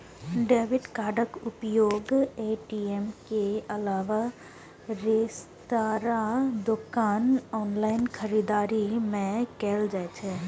debit कार्डक उपयोग ATM के अलावे रेस्तरां, दोकान, ऑनलाइन खरीदारी मे कैल जा सकैए